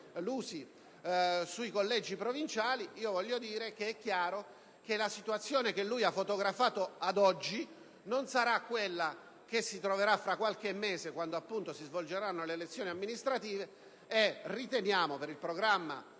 Lusi sui collegi provinciali, voglio dire che è chiaro che la situazione che lui ha fotografato ad oggi non sarà quella che si troverà tra qualche mese, quando si svolgeranno le elezioni amministrative. Riteniamo, in